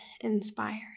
inspired